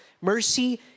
Mercy